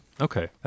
Okay